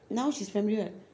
now she's primary [what]